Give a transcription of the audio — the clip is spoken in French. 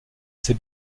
ces